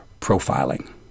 profiling